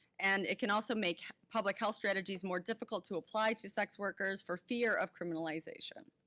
and it can also make public health strategies more difficult to apply to sex workers for fear of criminalization.